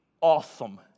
awesome